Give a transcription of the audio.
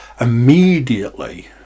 Immediately